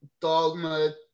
Dogma